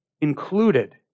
included